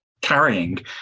carrying